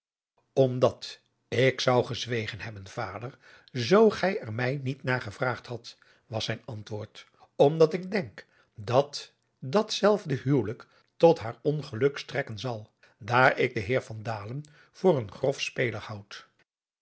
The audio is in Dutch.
omdat ik zou gezwegen hebben vader zoo gij'er mij niet naar gevraagd hadt was zijn antwoord omdat ik denk dat datzelfde huwelijk tot haar ongeluk strekken zal daar ik den heer van dalen voor een grof speler houd